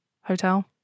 Hotel